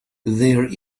there